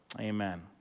Amen